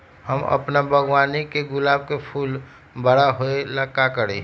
हम अपना बागवानी के गुलाब के फूल बारा होय ला का करी?